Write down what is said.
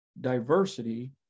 diversity